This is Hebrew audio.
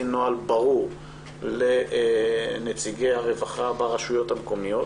נוהל ברור לנציגי הרווחה ברשויות המקומיות.